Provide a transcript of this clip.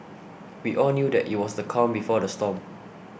we all knew that it was the calm before the storm